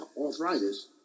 arthritis